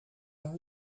our